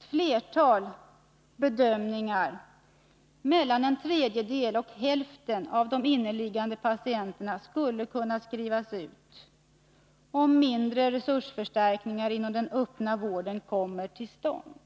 flera bedömningar mellan en tredjedel och hälften av de inneliggande patienterna skulle kunna skrivas ut, om mindre resursförstärkningar inom den öppna vården komme till stånd.